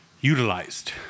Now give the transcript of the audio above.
utilized